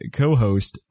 co-host